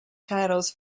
titles